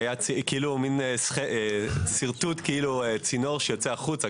שהיה מין שרטוט כאילו צינור שיוצא החוצה,